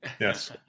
Yes